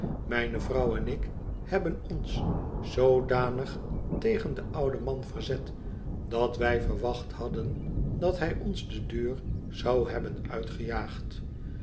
mijne vrouw en ik hebben ons zoodanig tegen den ouden man verzet dat wij verwacht hadden dat hij ons de deur zou hebben uitgejaagd